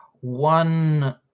one